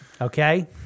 okay